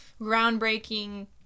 groundbreaking